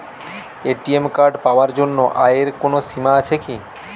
ATM card পাওয়ার জন্য আয়ের কোনো সীমা আছে কি?